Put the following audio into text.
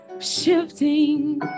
shifting